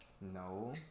No